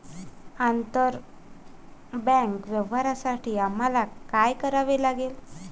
आंतरबँक व्यवहारांसाठी आम्हाला काय करावे लागेल?